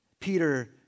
Peter